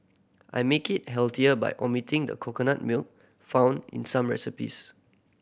I make it healthier by omitting the coconut milk found in some recipes